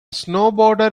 snowboarder